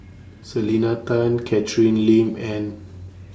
Selena Tan Catherine Lim and